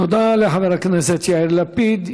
תודה לחבר הכנסת יאיר לפיד.